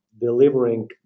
delivering